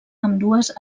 ambdues